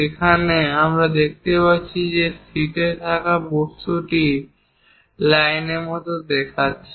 এখানে আমরা দেখতে পাচ্ছি যে শীটে থাকা বস্তুটি লাইনের মতো দেখাচ্ছে